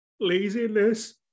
laziness